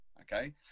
Okay